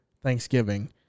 Thanksgiving